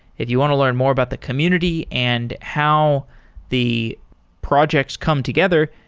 if you want to learn more about the community and how the projects come together,